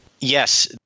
Yes